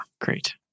great